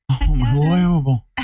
Unbelievable